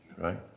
right